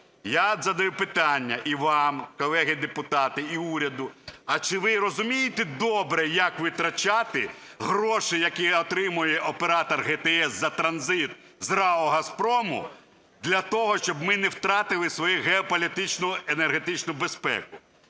Я задаю питання і вам, колеги-депутати, і уряду: а чи ви розумієте добре, як витрачати гроші, які отримує Оператор ГТС за транзит з РАО "Газпрому" для того, щоб ми не втратили свою геополітичну енергетичну безпеку?